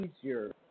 easier